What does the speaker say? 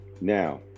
Now